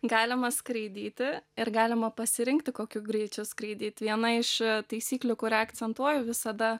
galima skraidyti ir galima pasirinkti kokiu greičiu skraidyt viena iš taisyklių kurią akcentuoju visada